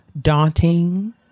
daunting